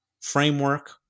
framework